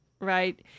Right